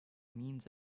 means